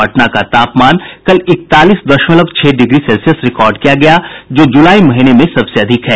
पटना का तापमान कल इकतालीस दशमलव छह डिग्री सेल्सियस रिकॉर्ड किया गया जो जुलाई महीने में सबसे अधिक है